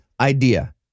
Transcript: idea